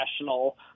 national